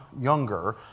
younger